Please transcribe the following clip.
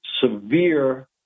severe